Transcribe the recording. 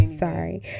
Sorry